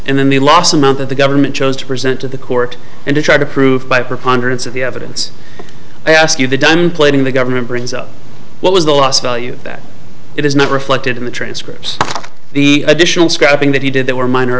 and then the last amount that the government chose to present to the court and to try to prove by preponderance of the evidence i ask you the dunn plating the government brings up what was the last value that it is not reflected in the transcripts the additional scrapping that he did that were minor